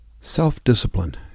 Self-discipline